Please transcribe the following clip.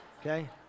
okay